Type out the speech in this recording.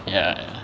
ya